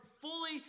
fully